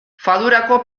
fadurako